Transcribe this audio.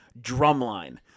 Drumline